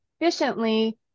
efficiently